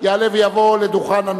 הצעה שנייה,